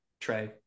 Trey